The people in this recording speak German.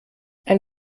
ein